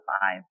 five